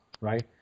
right